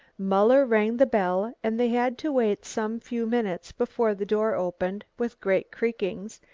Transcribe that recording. muller rang the bell and they had to wait some few minutes before the door opened with great creakings,